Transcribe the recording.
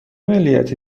ملیتی